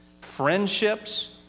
friendships